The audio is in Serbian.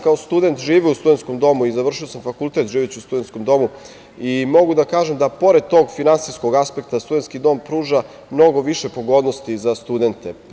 Kao student sam živeo u studenskom domu i završio sam fakultet živeći u studenskom domu i mogu da kažem da pored tog finansijskog aspekta studentski dom pruža mnogo više pogodnosti za studente.